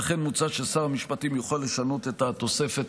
לכן מוצע ששר המשפטים יוכל לשנות את התוספת